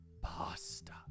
PASTA